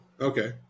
Okay